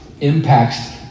impacts